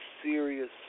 Serious